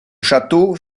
château